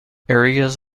areas